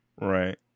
Right